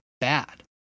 bad